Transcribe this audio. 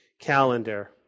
calendar